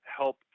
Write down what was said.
help